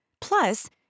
Plus